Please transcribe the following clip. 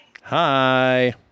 Hi